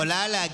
רק שנאה.